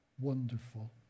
Wonderful